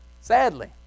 Sadly